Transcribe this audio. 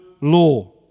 law